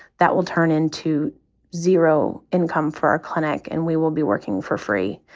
that will turn into zero income for our clinic. and we will be working for free.